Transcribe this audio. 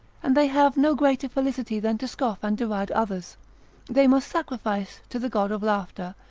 and they have no greater felicity than to scoff and deride others they must sacrifice to the god of laughter,